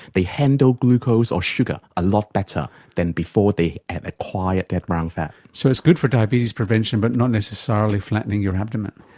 they handle glucose or sugar a lot better than before they and acquired that brown fat. so it's good for diabetes prevention but not necessarily flattening your abdomen?